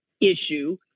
issue